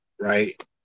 Right